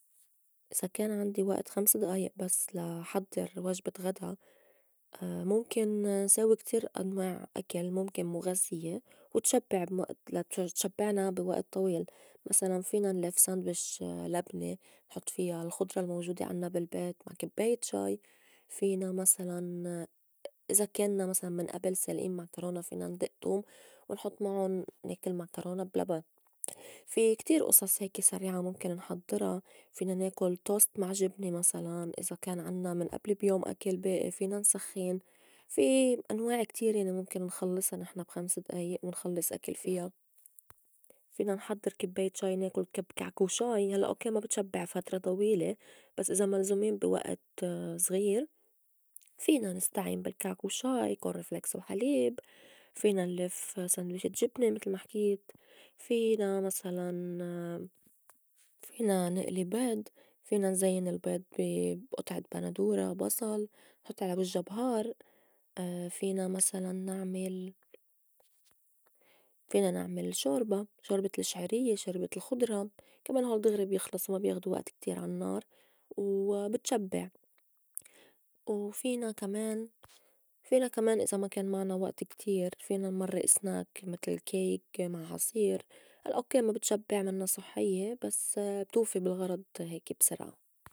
إذا كان عندي وقت خمس دئايئ بس لا حضّر وجبة غدا مُمكن نساوي كتير أنواع أكل مُمكن مُغزّية وتشبّع وقت لا تش- تشبّعنا بي وقت طويل مسلاً فينا نلف ساندويش لبنة نحُط فيا الخضرة الموجودة عنّا بالبيت مع كبّاية شاي، فينا مسلاً إذا كنّا مسلاً من أبل سالقين معكرونا فينا ندق توم ونحُط معُن ناكُل معكرونا بلبن، في كتير أصص هيك سريعة مُمكن نحضّرا فينا ناكُل توست مع جبنة مسلاً، إذا كان عنّا من أبل بيوم أكل بائي فينا نسخّن، في أنواع كتير يعني مُمكن نخلصها نحن بخمس دئايئ ونخلّص أكل فيا، فينا نحضّر كبّاية شاي ناكل كب كعك وشاي هلّأ أوكي ما بتشبّع فترة طويلة بس إذا ملزومين بي وقت صغير فينا نستعين بالكعك وشاي، كورن فليكس وحليب، فينا نلف ساندويشة جبنة متل ما حكيت، فينا مسلاً فينا نقلي بيض، فينا نزيّن البيض بي- بقطعة بندورة بصل حط على وجّا بهار، فينا مسلاً نعمل فينا نعمل شوربة- شوربة الشعيريّة، شوربة الخضرة، كمان هوّ دغري بيخلصو ما بياخدو وقت كتير عالنّار وبتشبّع، وفينا- كمان- فينا كمان إذا ما كان معنا وقت كتير فينا نمرّء سناك متل كايك مع عصير هلّأ أوكّي ما بتشبّع منّا صحيّة بس بتوفي بالغرض هيك بسرعة.